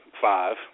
five